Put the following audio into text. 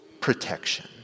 protection